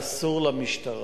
לסור למשטרה.